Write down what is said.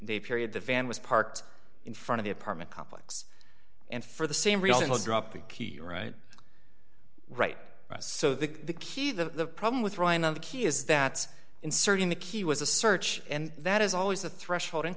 ay period the van was parked in front of the apartment complex and for the same reason let's drop the key you're right right so the key the problem with relying on the key is that inserting the key was a search and that is always the threshold